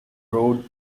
road